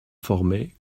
formaient